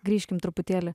grįžkim truputėlį